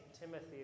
Timothy